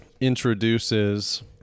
introduces